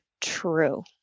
true